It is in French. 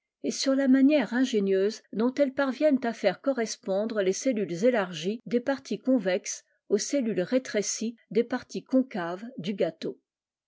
et sur la manière ingénieuse dont elles parviennent à faire correspondre les cellulles élargies des parties convexes aux cellules rétrécies des parties concaves du